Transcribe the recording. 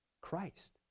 Christ